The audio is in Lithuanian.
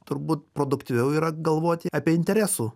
turbūt produktyviau yra galvoti apie interesų